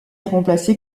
remplacée